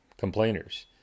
complainers